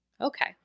Okay